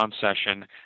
session